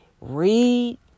read